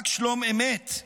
רק שלום אמת,